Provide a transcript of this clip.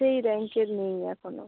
সেই র্যাঙ্কের নেই এখনও